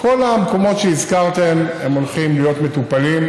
כל המקומות שהזכרתם, הם הולכים להיות מטופלים,